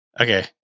Okay